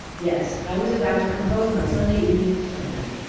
yes i was about to compose my sunday evening's sermon.